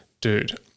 dude